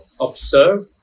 observe